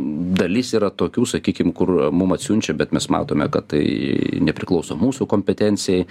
dalis yra tokių sakykim kur mum atsiunčia bet mes matome kad tai nepriklauso mūsų kompetencijai